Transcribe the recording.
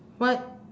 what